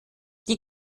die